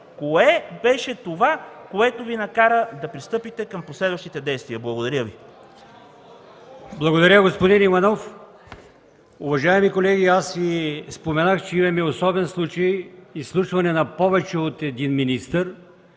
кое беше това, което Ви накара да пристъпите към последващите действия? Благодаря Ви. ПРЕДСЕДАТЕЛ АЛИОСМАН ИМАМОВ: Благодаря, господин Иванов. Уважаеми колеги, аз Ви споменах, че имаме особен случай – изслушване на повече от един министър.